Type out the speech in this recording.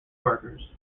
workers